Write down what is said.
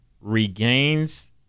regains